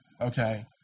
okay